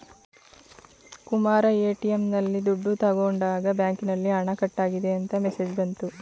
Kumara ATM ನಲ್ಲಿ ದುಡ್ಡು ತಗೊಂಡಾಗ ಬ್ಯಾಂಕಿನಲ್ಲಿ ಹಣ ಕಟ್ಟಾಗಿದೆ ಅಂತ ಮೆಸೇಜ್ ಬಂತು